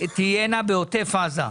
של עוטף עזה?